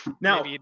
Now